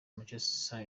manchester